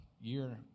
year